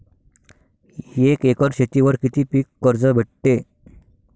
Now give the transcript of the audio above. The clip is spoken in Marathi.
एक एकर शेतीवर किती पीक कर्ज भेटते?